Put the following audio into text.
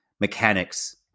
mechanics